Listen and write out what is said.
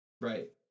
Right